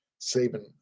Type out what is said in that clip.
Saban